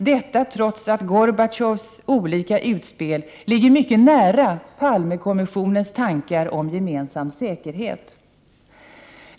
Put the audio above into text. Detta görs trots att Gorbatjovs olika utspel ligger mycket nära Palmekommissionens tankar om ”gemensam säkerhet”.